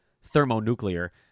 thermonuclear